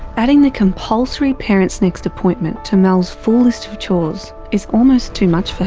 adding the compulsory parentsnext appointment to mel's full list of chores is almost too much for her.